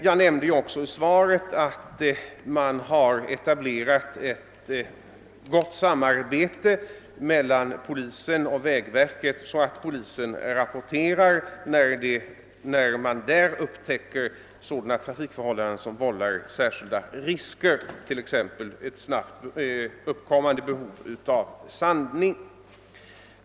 Jag nämnde också i svaret att man etablerat ett gott samarbete mellan polisen och trafiksäkerhetsverket; polisen rapporterar när den upptäcker sådana förhållanden som vållar särskilda risker, t.ex. ett snabbt uppkommande behov av sandning.